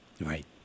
Right